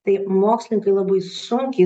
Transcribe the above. tai mokslininkai labai sunkiai